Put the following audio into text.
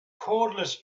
cordless